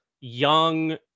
young